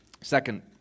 Second